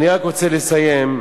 אני רוצה לסיים.